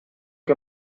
que